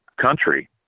country